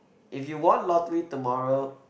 if you won lottery tomorrow